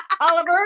Oliver